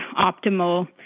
optimal